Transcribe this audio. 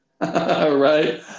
Right